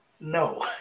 No